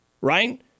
right